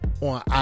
on